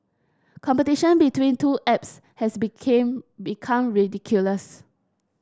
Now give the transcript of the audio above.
competition between two apps has became become ridiculous